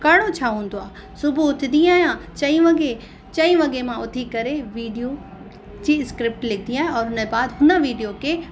करिणो छा हूंदो आहे सुबुह उथंदी आहियां चईं वगे चईं वगे मां उथी करे वीडियो जी स्क्रिप्ट लिखंदी आहियां औरि उन जे बाद हुन वीडियो खे